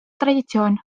traditsioon